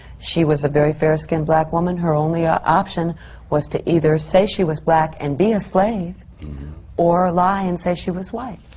she was a very fair-skinned black woman, her only ah option was to either say she was black and be a slave or lie and say she was white.